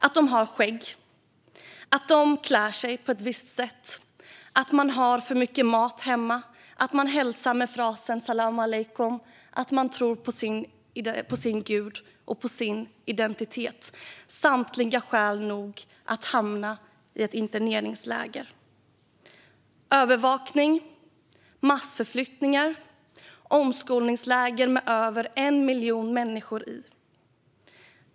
Att de har skägg, att de klär sig på ett visst sätt, att de har för mycket mat hemma, att de hälsar med frasen Salam aleikum, att de tror på sin gud och sin identitet - samtliga är skäl nog för att hamna i ett interneringsläger. Det handlar om övervakning, massförflyttningar och omskolningsläger med över 1 miljon människor i.